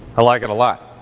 i like it a lot.